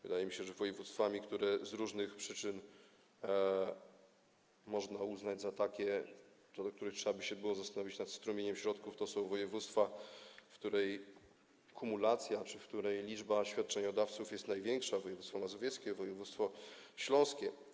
Wydaje mi się, że województwami, które z różnych przyczyn można uznać za takie, co do których trzeba by się było zastanowić nad strumieniem środków, są województwa, w których kumulacja czy liczba świadczeniodawców jest największa: województwo mazowieckie, województwo śląskie.